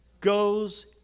goes